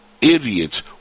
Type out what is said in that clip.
idiots